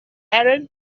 aaron